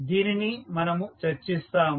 దీనిని మనము చర్చిస్తాము